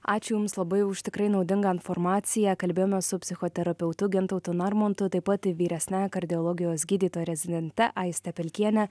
ačiū jums labai už tikrai naudingą informaciją kalbėjome su psichoterapeutu gintautu narmontu taip pat vyresniąja kardiologijos gydytoja rezidente aiste pilkiene